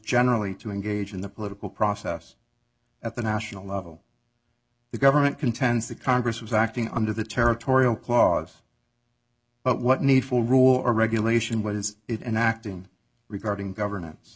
generally to engage in the political process at the national level the government contends that congress was acting under the territorial clause but what needful rule or regulation was it an act in regarding governance